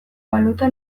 balute